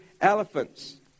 elephants